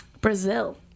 Brazil